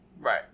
Right